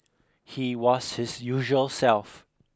he was his usual self